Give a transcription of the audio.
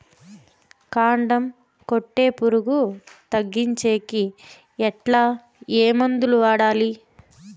కాండం కొట్టే పులుగు తగ్గించేకి ఎట్లా? ఏ మందులు వాడాలి?